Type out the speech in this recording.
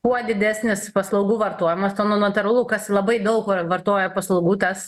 kuo didesnis paslaugų vartojimas tuo nu natūralu kas labai daug vartoja paslaugų tas